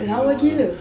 lawa gila